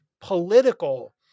political